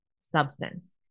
substance